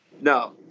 No